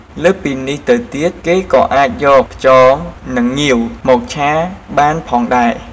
លើសពីនេះទៅទៀតគេក៏អាចយក ខ្យង និងងាវ មកឆាបានផងដែរ។